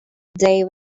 day